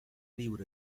viure